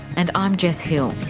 and i'm jess hill.